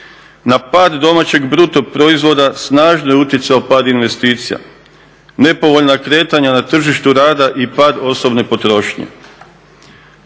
Na pad domaćeg brutoproizvoda snažno je utjecao pad investicija, nepovoljna kretanja na tržištu rada i pad osobne potrošnje.